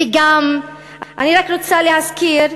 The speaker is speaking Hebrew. וגם אני רק רוצה להזכיר,